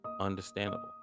understandable